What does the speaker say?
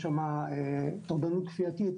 יש שם טורדנות כפייתית.